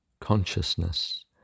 consciousness